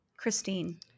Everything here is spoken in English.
Christine